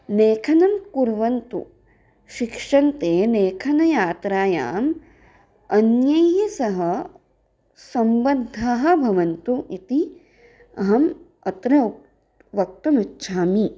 लेखनं कुर्वन्तु शिक्षन्ते लेखनयात्रायाम् अन्यैः सह सम्बद्धः भवन्तु इति अहम् अत्र वक्तुम् इच्छामि